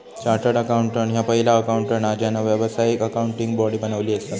chartered accountant ह्या पहिला accountant हा ज्यांना व्यावसायिक अकाउंटिंग बॉडी बनवली असा